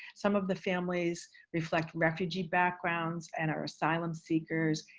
some of the families reflect refugee backgrounds and are asylum-seekers,